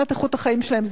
מבחינת איכות החיים שלהם,